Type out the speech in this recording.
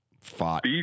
Fought